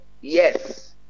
Yes